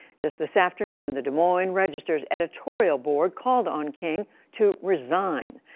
just this afternoon, the des moines register's editorial board called on king to resign.